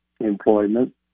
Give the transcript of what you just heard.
employment